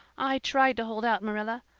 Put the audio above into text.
i tried to hold out, marilla.